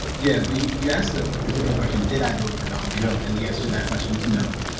yeah, well, you asked a particular question did i vote for donald trump? and the answer to that question is no